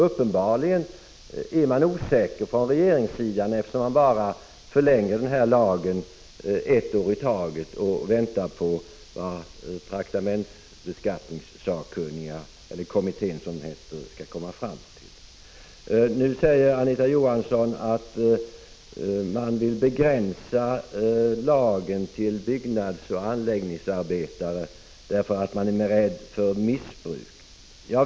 Uppenbarligen är man på regeringssidan osäker, eftersom man bara förlänger lagen ett år i taget och väntar på vad traktamentsbeskattningskommittén skall komma fram till. Nu sade Anita Johansson att man vill begränsa lagen till byggnadsoch anläggningsarbetare, därför att man är rädd för missbruk.